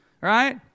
right